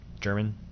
German